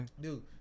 Dude